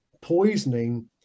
poisoning